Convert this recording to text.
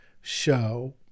show